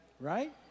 Right